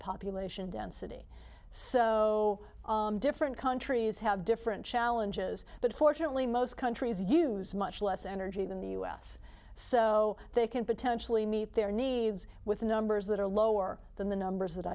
population density so different countries have different challenges but fortunately most countries use much less energy than the us so they can potentially meet their needs with numbers that are lower than the numbers that